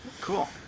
Cool